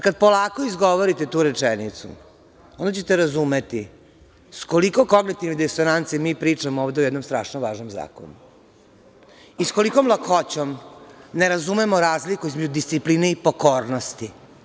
Kad polako izgovorite tu rečenicu, onda ćete razumeti s koliko kognitivnih disonanci mi pričamo ovde o jednom strašno važnom zakonu i s kolikom lakoćom ne razumemo razliku između discipline i pokornosti.